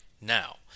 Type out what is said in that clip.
now